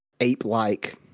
ape-like